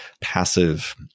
passive